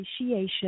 appreciation